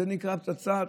זה נקרא פצצת